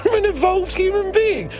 i mean evolved human being.